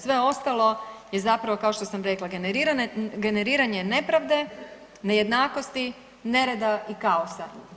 Sve ostalo je zapravo kao što sam rekla generiranje nepravde, nejednakosti, nereda i kaosa.